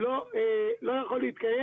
לא יכול להתקיים.